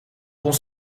ons